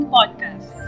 Podcast